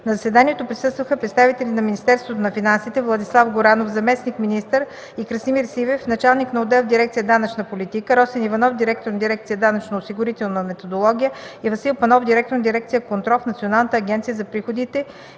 На заседанието присъстваха представителите на Министерството на финансите: Владислав Горанов – заместник-министър, и Красимир Сивев – началник на отдел в дирекция „Данъчна политика”, Росен Иванов – директор на дирекция „Данъчно-осигурителна методология”, и Васил Панов – директор на дирекция „Контрол” в Националната агенция за приходите,